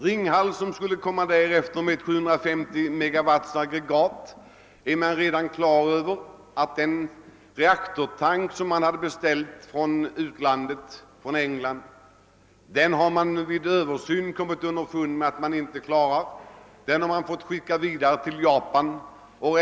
Ringhalsverket, som skulle komma därefter med sitt 750-megawattaggregat, får också en försening på omkring ett år. Den reaktortank som beställdes från England har man vid översyn förstått att man inte klarar, och den har därför fått skickas vidare till Japan.